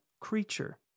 creature